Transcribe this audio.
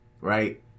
right